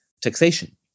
taxation